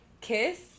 kiss